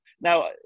Now